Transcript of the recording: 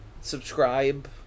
subscribe